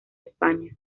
españa